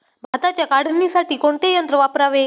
भाताच्या काढणीसाठी कोणते यंत्र वापरावे?